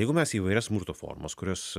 jeigu mes įvairias smurto formas kurias